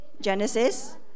Genesis